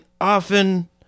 often